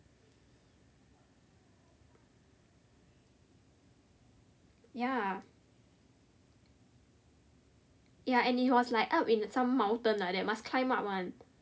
ya ya and it was like up in some mountain like that must climb up one